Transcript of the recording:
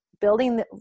building